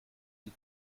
die